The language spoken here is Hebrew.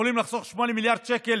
שיכולות לחסוך 8 מיליארד שקל